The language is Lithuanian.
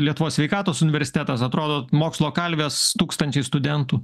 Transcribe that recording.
lietuvos sveikatos universitetas atrodo mokslo kalvės tūkstančiai studentų